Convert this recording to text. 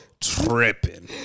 Tripping